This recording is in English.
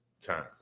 time